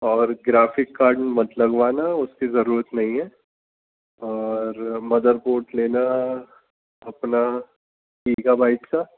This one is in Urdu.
اور گرافک کارڈ مت لگوانا اس کی ضرورت نہیں ہے اور مدر بورڈ لینا اپنا گیگا بائٹ کا